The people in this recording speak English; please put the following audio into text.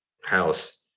house